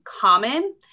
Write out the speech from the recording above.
common